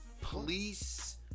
police